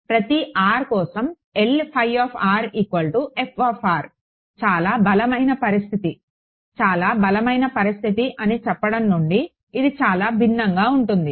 ప్రతి r కోసం చాలా బలమైన పరిస్థితి అని చెప్పడం నుండి ఇది చాలా భిన్నంగా ఉంటుంది